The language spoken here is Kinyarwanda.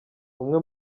umwe